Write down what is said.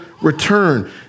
return